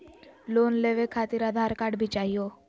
Loan लेवे खातिरआधार card भी चाहियो?